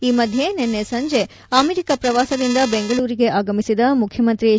ಈ ಮಧ್ಯೆ ನಿನ್ನೆ ಸಂಜೆ ಅಮೆರಿಕ ಪ್ರವಾಸದಿಂದ ಬೆಂಗಳೂರಿಗೆ ಆಗಮಿಸಿದ ಮುಖ್ಯಮಂತ್ರಿ ಎಚ್